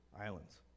islands